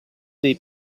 dei